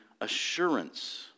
assurance